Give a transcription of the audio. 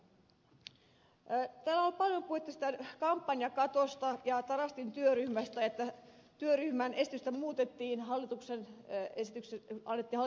täällä on ollut paljon puhetta siitä kampanjakatosta ja tarastin työryhmästä että työryhmän esitystä muutettiin annettiin hallituksen esitys